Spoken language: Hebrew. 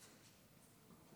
תשתה משהו,